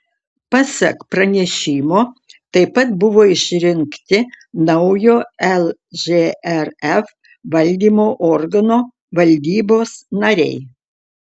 pasak pranešimo taip pat buvo išrinkti naujo lžrf valdymo organo valdybos nariai